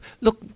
look